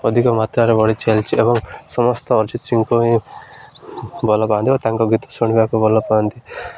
ଅଧିକ ମାତ୍ରାରେ ବଢ଼ିଚାଲିଛି ଏବଂ ସମସ୍ତ ଅରିଜିତ ସିଂଙ୍କୁ ହିଁ ଭଲ ପାଆନ୍ତି ଓ ତାଙ୍କ ଗୀତ ଶୁଣିବାକୁ ଭଲ ପାଆନ୍ତି